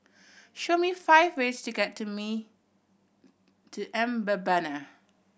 show me five ways to get to me to Mbabana